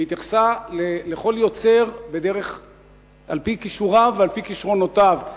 והתייחסה לכל יוצר על-פי כישוריו ועל-פי כשרונותיו.